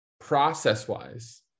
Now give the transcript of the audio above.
process-wise